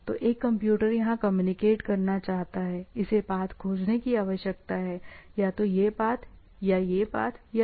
तो एक कंप्यूटर यहां कम्युनिकेट करना चाहता है इसे पाथ खोजने की आवश्यकता है या तो यह पाथ या यह पाथ या यह पाथ